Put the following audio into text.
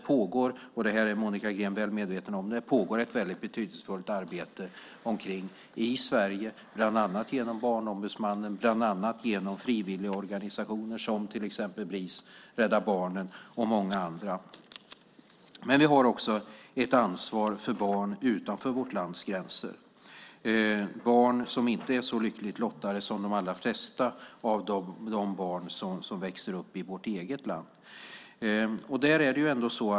Som Monica Green är väl medveten om pågår det ett betydelsefullt arbete i Sverige bland annat genom Barnombudsmannen och genom frivilligorganisationer, till exempel Bris, Rädda Barnen och många andra. Vi har också ett ansvar för barn utanför vårt lands gränser - barn som inte är så lyckligt lottade som de allra flesta av de barn som växer upp i vårt eget land.